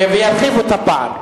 כן, וירחיבו את הפער.